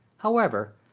however,